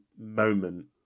moment